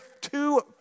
two